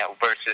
versus